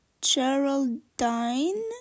Geraldine